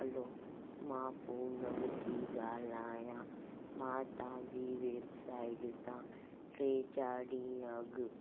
hello मां पूनम थी ॻाल्हायां मां तव्हांजी वेबसाइट तां टे चार ॾींहं अॻु